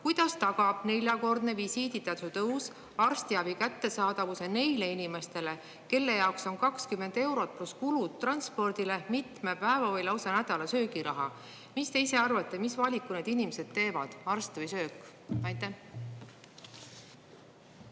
kuidas tagab neljakordne visiiditasu tõus arstiabi kättesaadavuse neile inimestele, kelle jaoks on kakskümmend eurot pluss kulud transpordile mitme päeva või lausa nädala söögiraha. Mis te ise arvate, mis valiku need inimesed teevad? Arst või söök? Aitäh